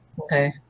Okay